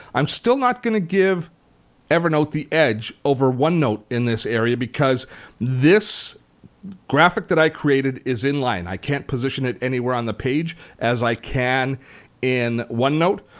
i'm still not going to give evernote the edge over onenote in this area because this graphic that i created is in-line. i can't position it anywhere on the page as i can in one note.